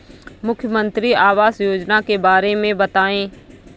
मुख्यमंत्री आवास योजना के बारे में बताए?